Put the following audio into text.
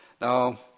Now